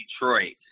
Detroit